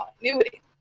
continuity